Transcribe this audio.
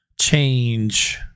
change